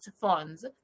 funds